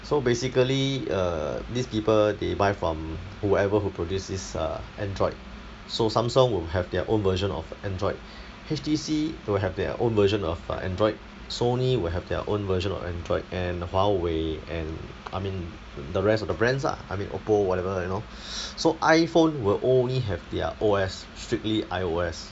so basically err these people they buy from whoever who produce this uh Android so Samsung will have their own version of Android H_T_C will have their own version of uh Android Sony will have their own version of Android and Huawei and I mean the rest of the brands lah I mean Oppo whatever you know so iPhone will only have their O_S strictly I_O_S